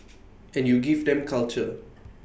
and you give them culture